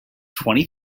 twenty